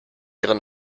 ihre